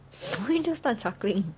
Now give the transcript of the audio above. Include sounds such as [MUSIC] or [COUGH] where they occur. [BREATH] why you just start chuckling